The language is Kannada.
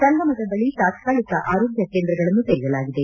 ಸಂಗಮದ ಬಳಿ ತಾತ್ಕಾಲಿಕ ಆರೋಗ್ಯ ಕೇಂದ್ರಗಳನ್ನು ತೆರೆಯಲಾಗಿದೆ